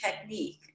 technique